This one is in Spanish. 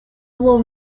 hubo